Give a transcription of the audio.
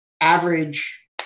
average